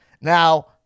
now